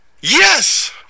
yes